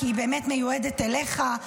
כי היא באמת מיועדת אליך.